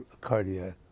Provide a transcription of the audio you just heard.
cardiac